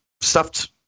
stuffed